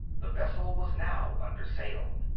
the vessel was now under sail.